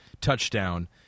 touchdown